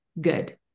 good